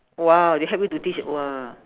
!wow! they help you to teach !wah!